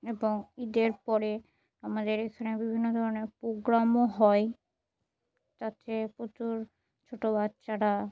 এবং ঈদের পরে আমাদের এখানে বিভিন্ন ধরনের প্রোগ্রামও হয় তাতে প্রচুর ছোটো বাচ্চারা